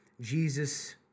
Jesus